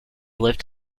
lived